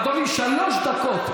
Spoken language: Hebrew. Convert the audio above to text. אדוני, שלוש דקות.